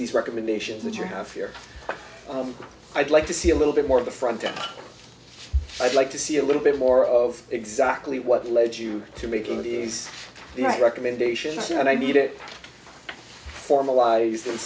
these recommendations that you have here i'd like to see a little bit more of the front time i'd like to see a little bit more of exactly what led you to making these recommendations and i need it formalized in